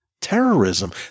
terrorism